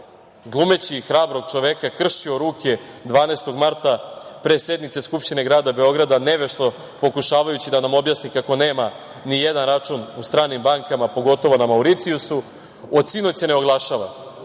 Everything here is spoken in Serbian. glumeći hrabrog čoveka, kršio ruke 12. marta pre sednice Skupštine grada Beograda, nevešto pokušavajući da nam objasni kako nema nijedan račun u stranim bankama, pogotovo na Mauricijusu, od sinoć se ne oglašava. Moguće